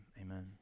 Amen